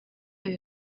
yabo